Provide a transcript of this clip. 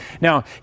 Now